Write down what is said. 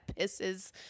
pisses